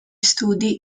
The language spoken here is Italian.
studi